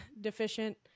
deficient